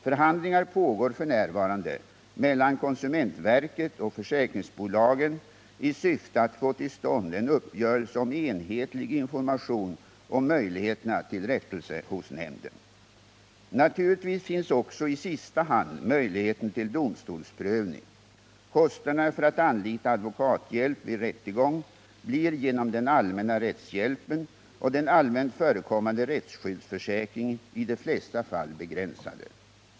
Förhandlingar pågår f. n. mellan konsumentverket och försäkringsbolagen i syfte att få till stånd en uppgörelse om enhetlig information om möjligheterna till rättelse hos nämnden. Naturligtvis finns också i sista hand möjligheten till domstolsprövning. Kostnaderna för att anlita advokathjälp vid rättegång blir genom den allmänna rättshjälpen och den allmänt förekommande rättsskyddsförsäkringen i de flesta fall begränsade.